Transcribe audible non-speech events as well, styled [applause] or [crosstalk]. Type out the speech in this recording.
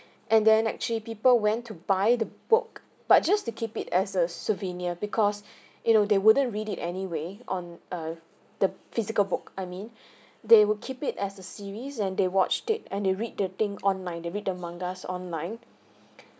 and then actually people went to buy the book but just to keep it as a souvenir because you know they wouldn't read it anyway on err the physical book I mean [breath] they would keep it as a series and they watched it and they read the thing online they read the mangas online